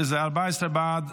זה 14 בעד,